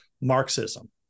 Marxism